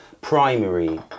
primary